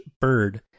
Bird